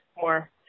more